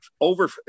over